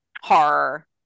horror